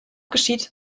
geschieht